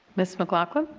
ms. mclaughlin.